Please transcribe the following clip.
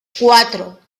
cuatro